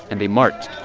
and they marched